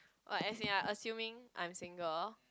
like as in you're assuming I'm single